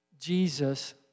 Jesus